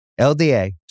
LDA